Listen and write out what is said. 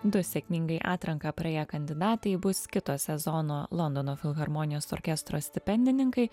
du sėkmingai atranką praėję kandidatai bus kito sezono londono filharmonijos orkestro stipendininkai